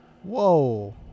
Whoa